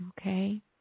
Okay